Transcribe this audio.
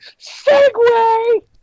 Segway